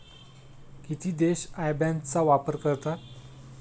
किती देश IBAN चा वापर करतात?